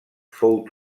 fou